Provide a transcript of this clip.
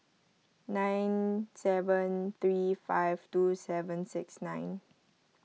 nine seven three five two seven six nine